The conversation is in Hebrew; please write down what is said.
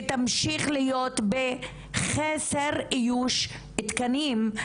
ותמשיך להיות בחסר איוש תקנים.